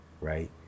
right